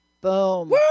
Boom